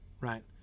Right